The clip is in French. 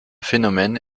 phénomène